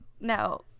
no